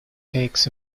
takes